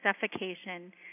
suffocation